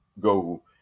go